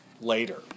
later